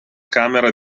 camera